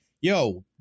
yo